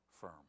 firm